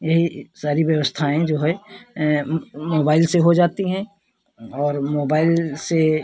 यही सारी व्यवस्थाएँ जो है मोबाइल से हो जाती हैं और मोबाइल से